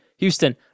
Houston